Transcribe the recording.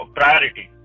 priority